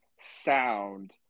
sound